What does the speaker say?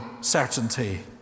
certainty